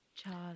Charlie